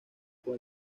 con